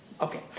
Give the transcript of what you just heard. Okay